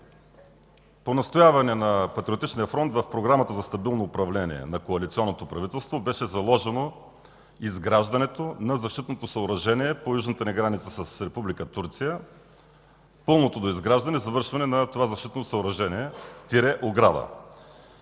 По настояване на Патриотичния фронт в Програмата за стабилно управление на коалиционното правителство беше заложено изграждането на защитното съоръжение по южната ни граница с Република Турция, пълното доизграждане и завършване на това защитно съоръжение – ограда.